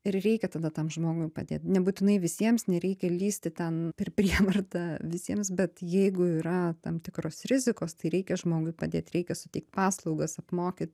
ir reikia tada tam žmogui padėt nebūtinai visiems nereikia lįsti ten per prievartą visiems bet jeigu yra tam tikros rizikos tai reikia žmogui padėt reikia suteikt paslaugas apmokyt